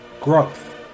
growth